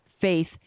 faith